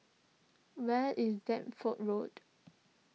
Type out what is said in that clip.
where is Deptford Road